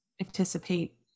anticipate